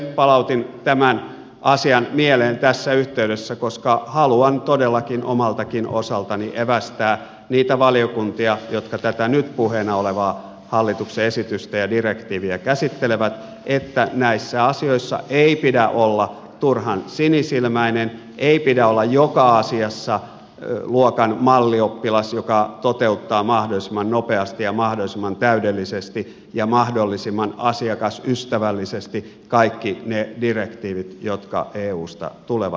palautin tämän asian mieleen tässä yhteydessä koska haluan todellakin omaltakin osaltani evästää niitä valiokuntia jotka tätä nyt puheena olevaa hallituksen esitystä ja direktiiviä käsittelevät että näissä asioissa ei pidä olla turhan sinisilmäinen ei pidä olla joka asiassa luokan mallioppilas joka toteuttaa mahdollisimman nopeasti ja mahdollisimman täydellisesti ja mahdollisimman asiakasystävällisesti kaikki ne direktiivit jotka eusta tulevat